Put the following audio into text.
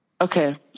Okay